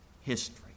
history